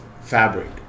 fabric